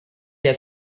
der